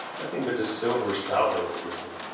nothing but this silver salver was missing.